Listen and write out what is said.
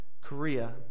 Korea